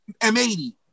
M80